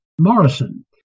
Morrison